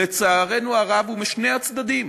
לצערנו הרב, הוא בשני הצדדים.